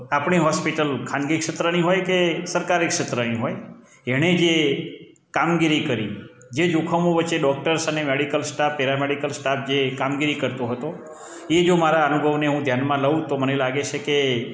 આપણે હોસ્પિટલ ખાનગી ક્ષેત્રની હોય કે સરકારી ક્ષેત્રની હોય એણે જે કામગીરી કરી જે જોખમો વચ્ચે ડોક્ટર્સ અને મેડિકલ સ્ટાફ પેરામેડિકલ સ્ટાફ જે કામગીરી કરતો હતો એ જો મારા અનુભવને હું ધ્યાનમાં લઉં તો મને એવું લાગે છે કે